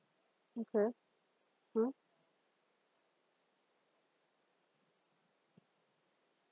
okay hmm